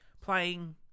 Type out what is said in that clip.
Playing